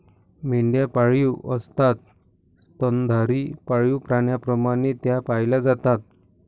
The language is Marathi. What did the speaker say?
मेंढ्या पाळीव असतात स्तनधारी पाळीव प्राण्यांप्रमाणे त्या पाळल्या जातात